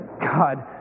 God